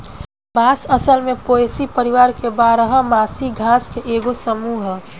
बांस असल में पोएसी परिवार के बारह मासी घास के एगो समूह ह